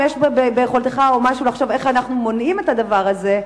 אם יש ביכולתך לחשוב איך אנחנו מונעים את הדבר הזה,